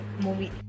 movie